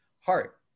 heart